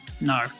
No